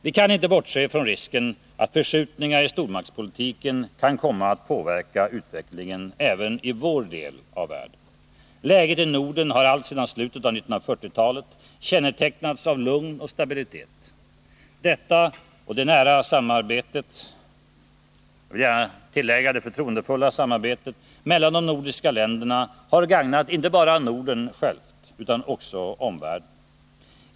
Vi kan inte bortse från risken att förskjutningar i stormaktspolitiken kan komma att påverka utvecklingen även i vår del av världen. Läget i Norden har alltsedan slutet av 1940-talet kännetecknats av lugn och stabilitet. Detta och det nära och — det vill jag gärna tillägga — det förtroendefulla samarbetet mellan de nordiska länderna har gagnat inte bara Norden själv, utan också omvärlden.